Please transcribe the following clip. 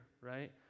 right